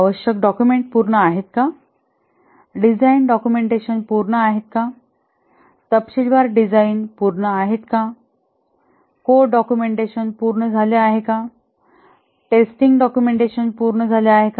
आवश्यक डॉक्युमेंट पूर्ण आहेत का डिझाइन डॉक्युमेंटेशन पूर्ण आहेत का तपशीलवार डिझाइन पूर्ण आहेत का कोड डॉक्युमेंटेशन पूर्ण झाले आहे का टेस्टिंग डॉक्युमेंटेशन पूर्ण आहे का